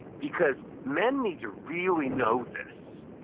because men need to really know this,